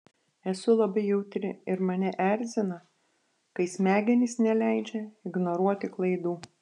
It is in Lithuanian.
esu labai jautri ir mane erzina kai smegenys neleidžia ignoruoti klaidų